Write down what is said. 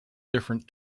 different